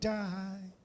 die